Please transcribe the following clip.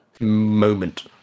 Moment